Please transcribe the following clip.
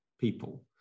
people